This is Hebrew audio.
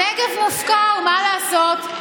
הנגב מופקר, מה לעשות.